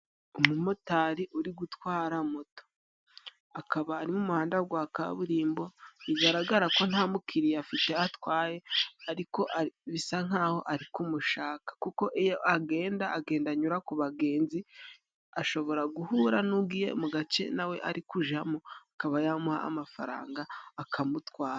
Umumotari uri gutwara moto akaba ari n'umuhanda gwa kaburimbo bigaragara ko nta mukiriya afite atwaye, ariko bisa nkaho ari kumushaka kuko iyo agenda agenda anyura ku bagenzi, ashobora guhura n'ugiye mu gace nawe ari kujamo akaba yamuha amafaranga akamutwara.